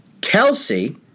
Kelsey